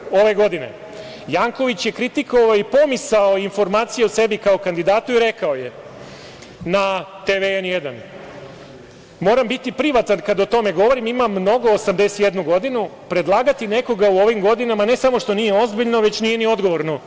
Dakle, 7. januara 2022. godine, Janković je kritikovao i pomisao informacija o sebi, kao kandidatu i rekao je, na TV „N1“, moram biti privatan kada o tome govorim, imam mnogo, 81 godinu, predlagati nekoga u ovim godinama, ne samo što nije ozbiljno, već nije ni odgovorno.